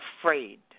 afraid